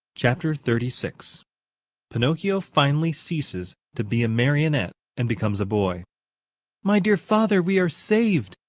chapter thirty six pinocchio finally ceases to be a marionette and becomes a boy my dear father, we are saved!